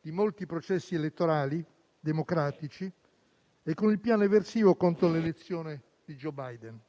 di molti processi elettorali democratici e con il piano eversivo contro l'elezione di Joe Biden.